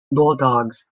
bulldogs